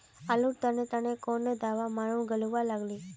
आलूर तने तने कौन दावा मारूम गालुवा लगली?